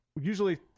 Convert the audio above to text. usually